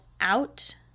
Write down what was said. out